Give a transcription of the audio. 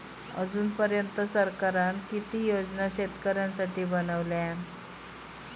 अजून पर्यंत सरकारान किती योजना शेतकऱ्यांसाठी बनवले?